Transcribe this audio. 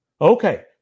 Okay